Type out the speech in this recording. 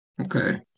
okay